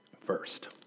first